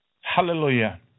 Hallelujah